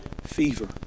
fever